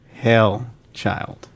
Hellchild